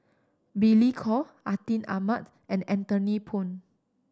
Billy Koh Atin Amat and Anthony Poon